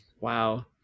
Wow